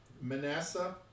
Manasseh